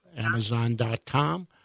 Amazon.com